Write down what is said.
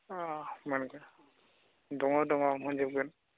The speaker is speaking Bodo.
अह मोनगोन दङ दङ मोनजोबगोन